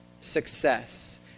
success